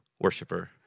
worshiper